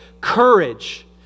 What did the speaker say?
courage